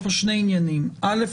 יש פה שני עניינים אל"ף,